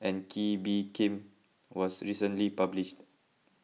and Kee Bee Khim was recently published